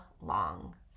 long